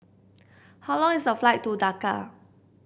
how long is the flight to Dhaka